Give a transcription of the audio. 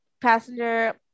passenger